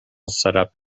setup